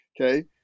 okay